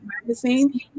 magazine